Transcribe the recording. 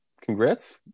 Congrats